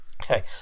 Okay